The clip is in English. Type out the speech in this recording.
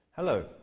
Hello